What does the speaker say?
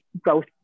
growth